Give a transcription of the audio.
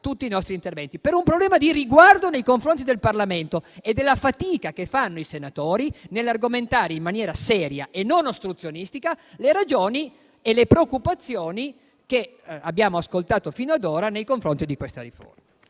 tutti i nostri interventi. Ciò per un problema di riguardo nei confronti del Parlamento e della fatica che fanno i senatori nell'argomentare in maniera seria e non ostruzionistica le ragioni e le preoccupazioni che abbiamo ascoltato fino ad ora nei confronti di questa riforma.